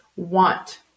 want